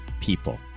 people